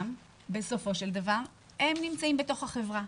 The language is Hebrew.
בסופו של דבר הם נמצאים בתוך החברה,